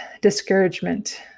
discouragement